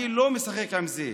אני לא משחק עם זה.